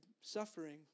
suffering